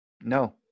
No